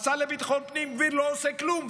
השר לביטחון פנים שלא עושה כלום,